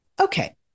Okay